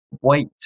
wait